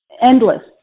endless